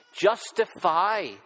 justify